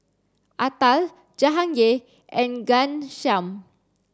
Atal Jahangir and Ghanshyam